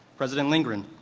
president lindgren,